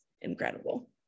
incredible